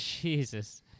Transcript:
Jesus